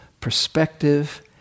perspective